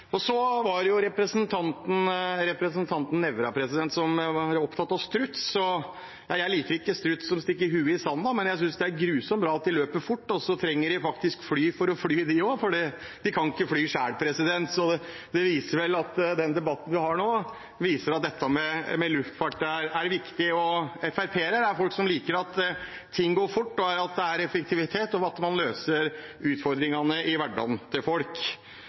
Representanten Nævra var opptatt av struts. Nei, jeg liker ikke struts som stikker hodet i sanden, men jeg synes det er grusomt bra at de løper fort, og så trenger de faktisk fly for å fly de også, for de kan ikke fly selv. Den debatten vi har nå, viser at luftfart er viktig. FrP-ere er folk som liker at ting går fort, at det er effektivitet, og at man løser utfordringene i